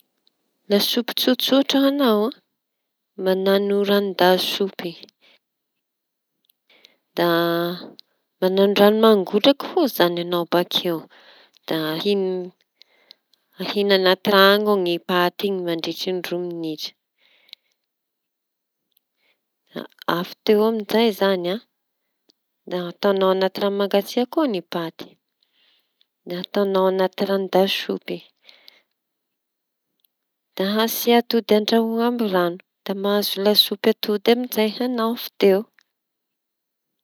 Lasopy tsotsotra ho añao e? mañano ranon-dasopy da mañano rano mangotraka koa izañy añao bakeo ahin- ahina anaty rano ao ny paty iñy mandritry ny roa minitra a- avy teo amizay izañy an da ataonao anaty rano da ataonao anaty rano mangatsiaky koa ny paty; da ataonao anaty ranon-dasopy da asia atody andraho amin'ny rano da mahazo lasopy atody amizay añao avy teo.